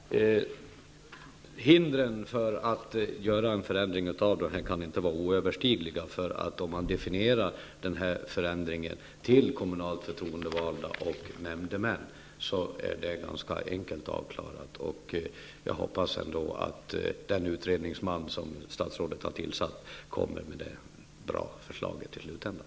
Fru talman! Hindren för att göra en förändring kan inte vara oöverstigliga. Om man begränsar förändringen till kommunalt förtroendevalda och nämndemän är det ganska enkelt avklarat. Jag hoppas att den utredningsman som statsrådet har tillsatt kommer med ett bra förslag i slutänden.